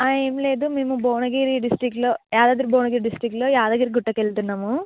ఏం లేదు మేము భువనగిరి డిస్ట్రిక్లో యాదాద్రి భువనగిరి డిస్టిక్లో యాదగిరి గుట్టకి వెళుతున్నాము